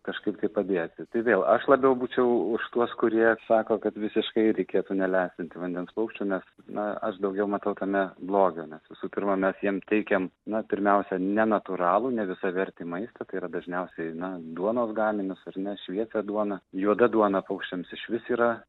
kažkaip taip padėti tai vėl aš labiau būčiau už tuos kurie sako kad visiškai reikėtų neleisti vandens paukščių nes na aš daugiau matau tame blogio nes visų pirma mes jiem teikiam na pirmiausia nenatūralų nevisavertį maistą tai yra dažniausiai na duonos gaminius ar ne šviesią duoną juoda duona paukščiams išvis yra